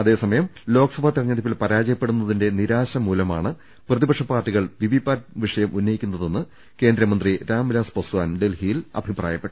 അതേസമയം ലോക്സഭാ തെരഞ്ഞെ ടുപ്പിൽ പരാജയപ്പെടുന്നതിന്റെ നിരാശ മൂലമാണ് പ്രതിപക്ഷ പാർട്ടികൾ വിവി പാറ്റ് വിഷയം ഉന്നയിക്കുന്നതെന്ന് കേന്ദ്രമന്ത്രി രാംവിലാസ് പസ്വാൻ ഡൽഹി യിൽ അഭിപ്രായപ്പെട്ടു